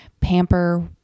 pamper